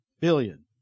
Billion